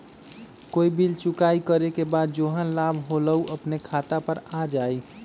कोई बिल चुकाई करे के बाद जेहन लाभ होल उ अपने खाता पर आ जाई?